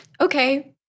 Okay